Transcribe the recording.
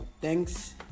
thanks